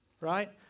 Right